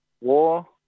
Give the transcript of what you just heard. war